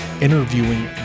interviewing